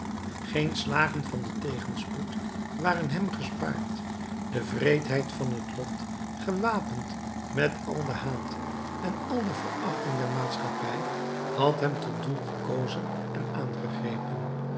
geen slagen van den tegenspoed waren hem gespaard de wreedheid van het lot gewapend met al den haat en al de verachting der maatschappij had hem tot doel gekozen en aangegrepen